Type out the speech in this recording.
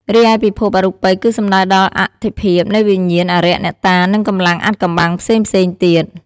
រីឯពិភពអរូបិយគឺសំដៅដល់អត្ថិភាពនៃវិញ្ញាណ អារក្ស អ្នកតា និងកម្លាំងអាថ៌កំបាំងផ្សេងៗទៀត។